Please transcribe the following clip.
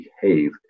behave